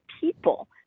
people